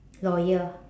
loyal